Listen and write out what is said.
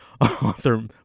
Author